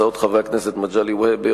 של חברי הכנסת מגלי והבה,